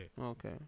Okay